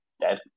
dead